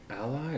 ally